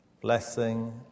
blessing